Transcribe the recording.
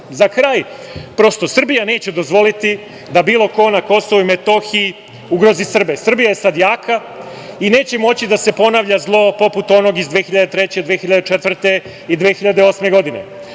kraj, prosto Srbija neće dozvoliti da bilo ko na KiM ugrozi Srbe. Srbija je sad jaka i neće moći da se ponavlja zlo poput onoga iz 2003, 2004. i 2008. godine.